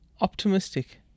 optimistic